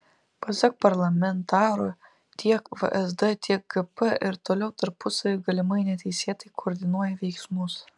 pasak parlamentaro tiek vsd tiek gp ir toliau tarpusavyje galimai neteisėtai koordinuoja veiksmus